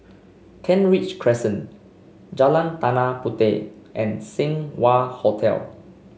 Kent Ridge Crescent Jalan Tanah Puteh and Seng Wah Hotel